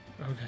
Okay